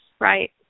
right